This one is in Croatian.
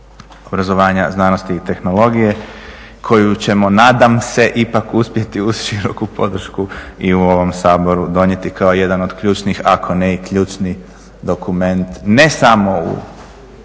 obrazovanja, znanosti i tehnologije koju ćemo nadam se ipak uspjeti uz široku podršku i u ovom saboru donijeti kao jedan od ključnih, ako ne i ključni dokument, ne samo u